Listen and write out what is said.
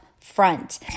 front